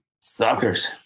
Suckers